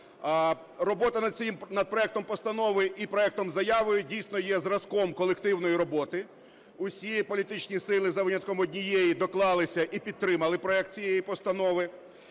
Робота над проектом постанови і проектом заяви дійсно є зразком колективної роботи. Усі політичні сили, за винятком однієї, доклалися і підтримали проект цієї постанови,